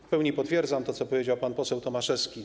W pełni potwierdzam to, co powiedział pan poseł Tomaszewski.